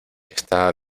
está